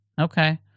Okay